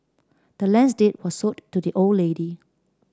the land's deed was sold to the old lady